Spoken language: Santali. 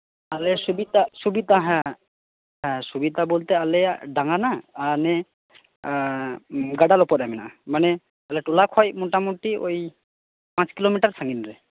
ᱟᱞᱮ ᱥᱩᱵᱤᱛᱟ ᱦᱮᱸ ᱦᱮᱸ ᱥᱩᱵᱤᱛᱟ ᱵᱚᱞᱛᱮ ᱟᱞᱮᱭᱟᱜ ᱰᱟᱸᱜᱟᱱᱟᱜ ᱮᱱᱮ ᱜᱟᱰᱟ ᱞᱚᱯᱚᱜ ᱨᱮ ᱢᱮᱱᱟᱜᱼᱟ ᱴᱚᱞᱟ ᱠᱷᱚᱡ ᱢᱚᱴᱟᱢᱚᱴᱤ ᱳᱭ ᱯᱟᱸᱪ ᱠᱤᱞᱳᱢᱤᱴᱟᱨ ᱥᱟᱺᱜᱤᱧ ᱨᱮ